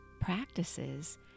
practices